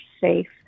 safe